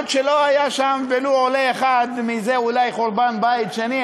ולא היה שם ולו עולה אחד מאז אולי חורבן בית שני,